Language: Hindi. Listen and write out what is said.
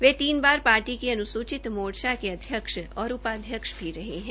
वह तीन बार पार्टी के अन्सूचित मोर्चा के अध्यक्ष और उपाध्यक्ष भी रहे हैं